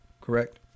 correct